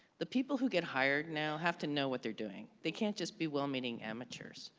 the people who get hired now have to know what they're doing. they can't just be well meaning amateurs,